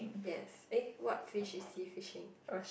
yes eh what fish is he fishing